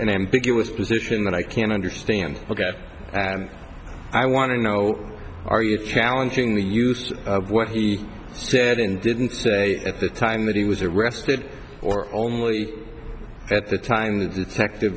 an ambiguous position that i can't understand ok i want to know are you challenging the use of what he said and didn't say at the time that he was arrested or only at the time the detective